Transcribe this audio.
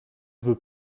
veut